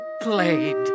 played